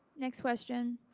next question.